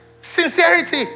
Sincerity